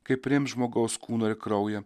kai priims žmogaus kūno ir kraują